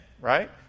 right